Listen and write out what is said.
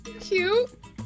Cute